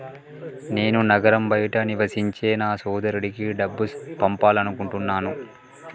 నేను నగరం బయట నివసించే నా సోదరుడికి డబ్బు పంపాలనుకుంటున్నా